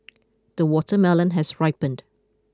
the watermelon has ripened